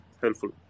Helpful